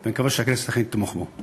ואני מקווה שהכנסת תחליט לתמוך בו.